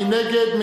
מי נגד?